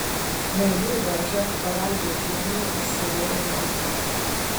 nueini į daržą pavalgei žirnių išsirovei morką